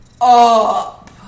up